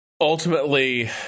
ultimately